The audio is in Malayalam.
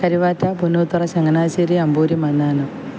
കരുവാറ്റ പുന്നോത്തറ ചങ്ങനാശ്ശേരി അമ്പൂര് മന്നാനം